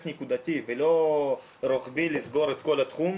נקודתית ולא רוחבית לסגור את כל התחום.